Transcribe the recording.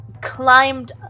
climbed